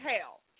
hell